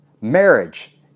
marriage